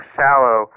shallow